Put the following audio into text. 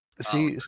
See